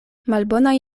malbonaj